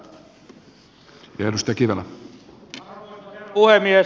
arvoisa herra puhemies